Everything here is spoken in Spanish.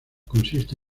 consiste